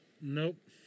Nope